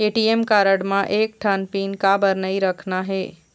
ATM card म एक ठन पिन काबर नई रखना हे?